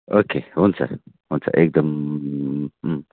okay हुन्छ हुन्छ एकदम